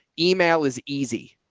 email is easy.